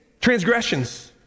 transgressions